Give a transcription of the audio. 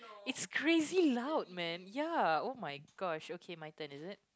it's crazy loud man ya oh my gosh okay my turn is it